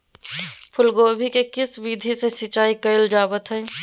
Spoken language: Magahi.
फूलगोभी को किस विधि से सिंचाई कईल जावत हैं?